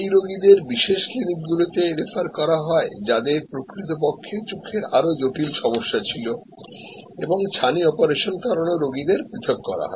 সেই রোগীদের বিশেষ ক্লিনিকগুলিতে রেফার করা হয় যাদের প্রকৃতপক্ষে চোখের আরও জটিল সমস্যা ছিল এবং ছানি অপারেশন করানোর রোগীদের পৃথক করা হয়